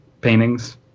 paintings